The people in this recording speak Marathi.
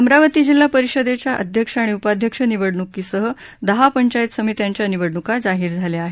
अमरावती जिल्हा परिषदेच्या अध्यक्ष आणि उपाध्यक्ष निवडणुकीसह दहा पंचायत समित्यांच्या निवडण्का जाहीर झाल्या आहेत